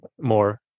more